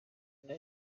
mbona